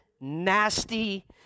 nasty